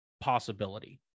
possibility